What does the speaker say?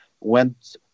went